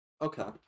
Okay